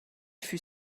fut